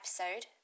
episode